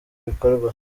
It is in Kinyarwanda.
bikorwa